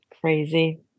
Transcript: Crazy